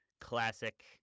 Classic